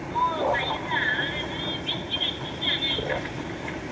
अ गायोदा ओरैनो बिस बिघासो दं जोंहानाव